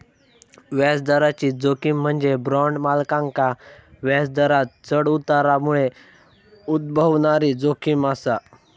व्याजदराची जोखीम म्हणजे बॉण्ड मालकांका व्याजदरांत चढ उतारामुळे उद्भवणारी जोखीम असा